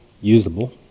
usable